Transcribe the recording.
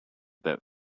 that